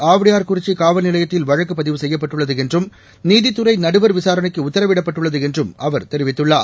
ஆவுடையார்குறிச்சி காவல்நிலையத்தில் வழக்குப் பதிவு செய்யப்பட்டுள்ளது என்றும் நீதித்துறை நடுவர் விசாரணைக்கு உத்தரவிடப்பட்டுள்ளது என்றும் அவர் தெரிவித்துள்ளார்